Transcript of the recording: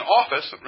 office